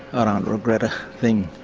um regret a thing.